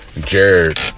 Jared